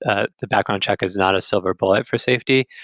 ah the background check is not a silver bullet for safety.